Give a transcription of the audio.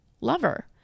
Lover